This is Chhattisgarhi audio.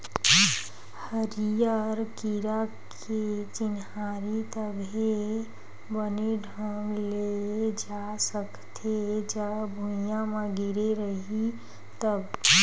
हरियर कीरा के चिन्हारी तभे बने ढंग ले जा सकथे, जब भूइयाँ म गिरे रइही तब